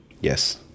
Yes